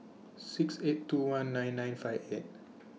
six eight two one nine nine five eight